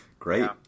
Great